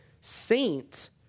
saint